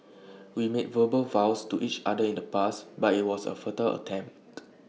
we made verbal vows to each other in the past but IT was A futile attempt